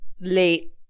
late